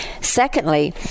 Secondly